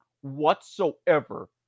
whatsoever